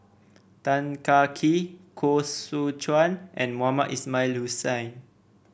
Tan Kah Kee Koh Seow Chuan and Mohamed Ismail Hussain